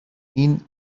این